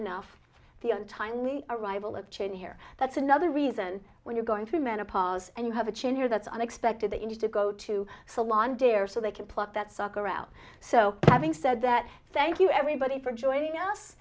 enough the untimely arrival of chain here that's another reason when you're going through menopause and you have a chin here that's unexpected that you need to go to a salon day or so they can pluck that sucker out so having said that thank you everybody for joining us